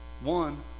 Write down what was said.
one